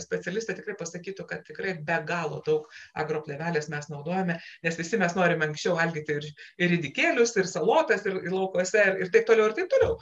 specialistai tikrai pasakytų kad tikrai be galo daug agroplėvelės mes naudojame nes visi mes norim anksčiau valgyti ir ir ridikėlius ir salotas ir laukuose ir taip toliau ir taip toliau